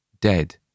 dead